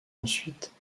ensuite